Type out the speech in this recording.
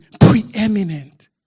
preeminent